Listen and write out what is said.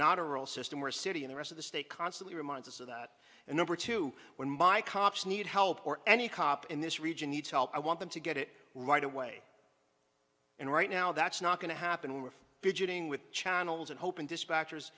not a rural system or a city and the rest of the state constantly reminds us of that and number two when my cops need help or any cop in this region needs help i want them to get it right away and right now that's not going to happen we're beginning with channels and hoping dispatchers